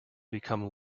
become